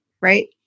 right